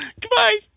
Goodbye